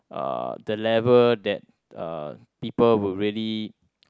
uh the level that uh people would really